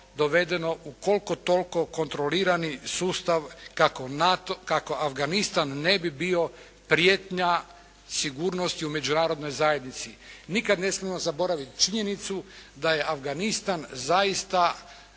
dovedeno u koliko toliko kontrolirani sustav kako Afganistan ne bi bio prijetnja sigurnosti u Međunarodnoj zajednici. Nikad ne smijemo zaboraviti činjenicu da je Afganistan zaista